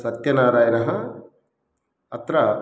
सत्यनारायणः अत्र